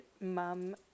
mum